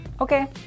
Okay